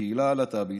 הקהילה הלהט"בית,